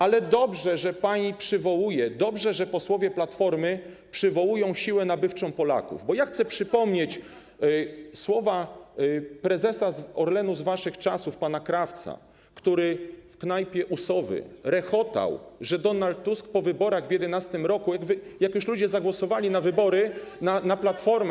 Ale dobrze, że pani przywołuje, dobrze, że posłowie Platformy przywołują siłę nabywczą Polaków, bo chcę przypomnieć słowa prezesa Orlenu z waszych czasów, pana Krawca, który w knajpie u Sowy rechotał, że Donald Tusk po wyborach w 2011 r., jak już ludzie zagłosowali w wyborach na Platformę.